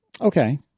Okay